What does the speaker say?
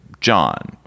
John